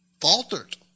faltered